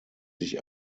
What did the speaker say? sich